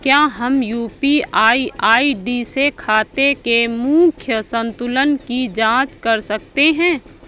क्या हम UPI ID से खाते के मूख्य संतुलन की जाँच कर सकते हैं?